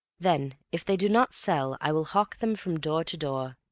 then if they do not sell i will hawk them from door to door.